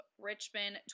Richmond